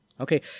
Okay